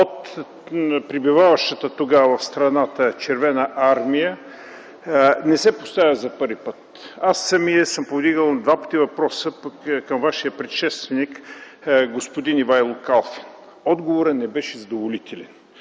от пребиваващата тогава в страната Червена армия не се поставя за първи път. Аз самият съм повдигал на два пъти въпроса към Вашия предшественик господин Ивайло Калфин, отговорът не беше задоволителен.